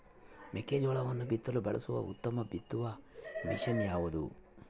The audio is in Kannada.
ಮೆಕ್ಕೆಜೋಳವನ್ನು ಬಿತ್ತಲು ಬಳಸುವ ಉತ್ತಮ ಬಿತ್ತುವ ಮಷೇನ್ ಯಾವುದು?